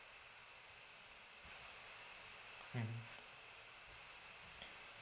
hmm